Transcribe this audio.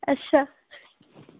अच्छा